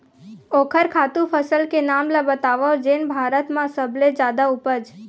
ओखर खातु फसल के नाम ला बतावव जेन भारत मा सबले जादा उपज?